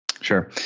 Sure